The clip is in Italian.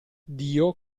dio